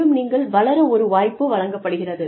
மேலும் நீங்கள் வளர ஒரு வாய்ப்பு வழங்கப்படுகிறது